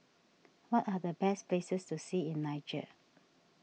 what are the best places to see in Niger